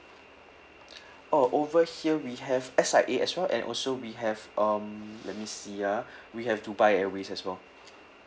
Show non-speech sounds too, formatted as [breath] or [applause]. [breath] oh over here we have S_I_A as well and also we have um let me see ah [breath] we have dubai airways as well